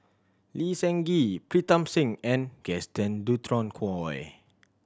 Lee Seng Gee Pritam Singh and Gaston Dutronquoy